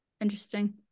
Interesting